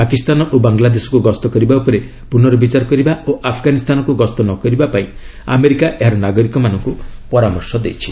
ପାକିସ୍ତାନ ଓ ବାଙ୍ଗ୍ଲାଦେଶକୁ ଗସ୍ତ କରିବା ଉପରେ ପୁନର୍ବିଚାର କରିବା ଓ ଆଫଗାନିସ୍ତାନକୁ ଗସ୍ତ ନ କରିବାପାଇଁ ଆମେରିକା ଏହାର ନାଗରିକମାନଙ୍କୁ ପରାମର୍ଶ ଦେଇଛି